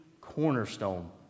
cornerstone